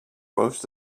most